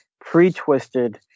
pre-twisted